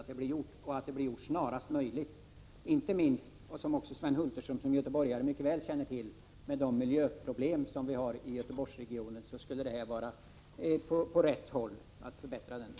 1986/87:20 har i Göteborgsregionen och som Sven Hulterström som göteborgare mycket 6 november 1986 väl känner till skulle det vara ett steg i rätt riktning. Omden planeräde ut